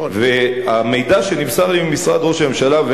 המידע שנמסר לי ממשרד ראש הממשלה,